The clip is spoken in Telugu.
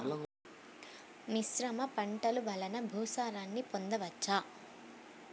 మిశ్రమ పంటలు వలన భూసారాన్ని పొందవచ్చా?